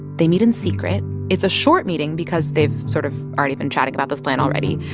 they meet in secret. it's a short meeting because they've sort of already been chatting about this plan already.